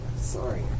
Sorry